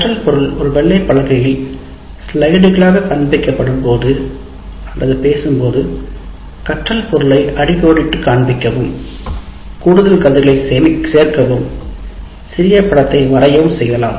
கற்றல் பொருள் ஒரு வெள்ளை பலகையில் ஸ்லைடுகளாக காண்பிக்கப்படும் போது பேசும் போது கற்றல் பொருளை அடிக்கோடிட்டு காண்பிக்கவும் கூடுதல் கருத்துகளை சேர்க்கவும் சிறிய படத்தை வரையவும் செய்யலாம்